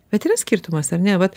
bet yra skirtumas ar ne vat